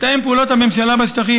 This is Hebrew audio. מתאם פעולות הממשלה בשטחים,